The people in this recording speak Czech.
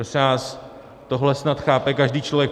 Prosím vás, tohle snad chápe každý člověk.